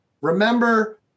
Remember